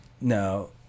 no